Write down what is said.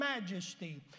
majesty